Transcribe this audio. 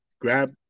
grab